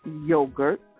yogurt